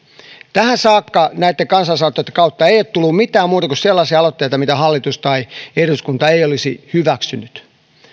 tähän saakka näitten kansalaisaloitteitten kautta ei ole tullut mitään muita kuin sellaisia aloitteita joita hallitus tai eduskunta ei olisi hyväksynyt